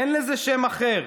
אין לזה שם אחר,